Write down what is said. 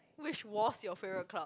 which was your favourite club